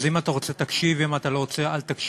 אז אם אתה רוצה תקשיב, ואם אתה לא רוצה אל תקשיב,